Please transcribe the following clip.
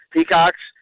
Peacocks